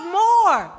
more